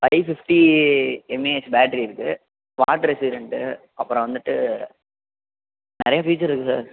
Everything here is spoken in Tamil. ஃபை ஃபிஃப்டி எம்ஏஹச் பேட்டரி இருக்கு வாட்டர் ரெஸிஸ்டண்ட்டு அப்புறம் வந்துவிட்டு நிறைய ஃபீச்சர் இருக்கு சார்